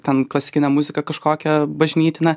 ten klasikinę muziką kažkokią bažnytinę